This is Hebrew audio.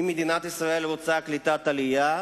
אם מדינת ישראל רוצה קליטת עלייה,